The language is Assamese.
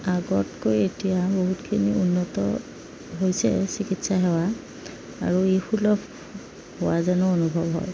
আগতকৈ এতিয়া বহুতখিনি উন্নত হৈছে চিকিৎসা সেৱা আৰু ই সুলভ হোৱা যেনো অনুভৱ হয়